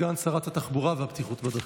סגן שרת התחבורה והבטיחות בדרכים.